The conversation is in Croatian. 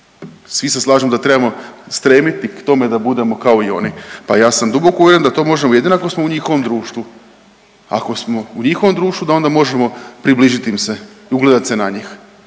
Svi se slažemo da trebamo stremiti k tome da budemo kao i oni, pa ja sam duboko uvjeren da to možemo jedino ako smo u njihovom društvu, ako smo u njihovom društvu da onda možemo približiti im se, ugledati se na njih.